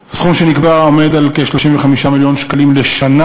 1. הסכום שנקבע עומד על כ-35 מיליון שקלים לשנה.